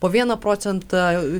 po vieną procentą